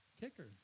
kicker